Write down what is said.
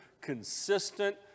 consistent